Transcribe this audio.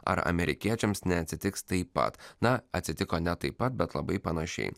ar amerikiečiams neatsitiks taip pat na atsitiko ne taip pat bet labai panašiai